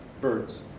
birds